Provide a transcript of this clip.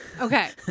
Okay